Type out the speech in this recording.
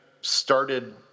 started